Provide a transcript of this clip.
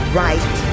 right